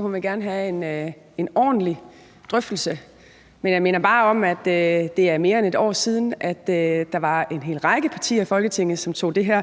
hun gerne vil have en ordentlig drøftelse, men jeg minder bare om, at det er mere end et år siden, der var en hel række partier i Folketinget, som satte det her